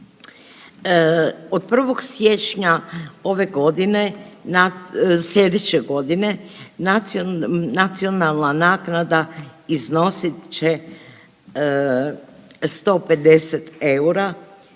ove godine, slijedeće godine nacionalna naknada iznosit će 150 eura,